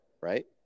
right